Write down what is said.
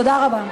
תודה רבה.